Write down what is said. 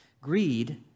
Greed